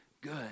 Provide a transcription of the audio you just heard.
good